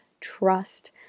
trust